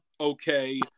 okay